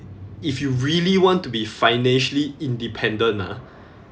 if you really want to be financially independent ah